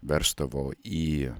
versdavo į